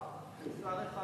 של שר אחד,